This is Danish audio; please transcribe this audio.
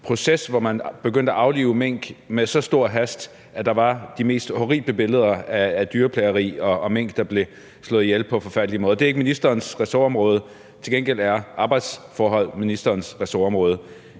proces, hvor man begyndte at aflive mink med så stor hast, at der var de mest horrible billeder af dyrplageri og af mink, der blev slået ihjel på forfærdelige måder. Det er ikke ministerens ressortområde, til gengæld er arbejdsforhold ministerens ressortområde.